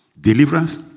Deliverance